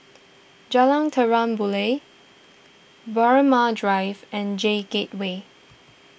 Jalan Terang Bulan Braemar Drive and J Gateway